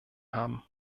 haben